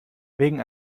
wegen